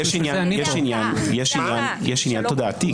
יש עניין תודעתי.